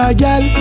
girl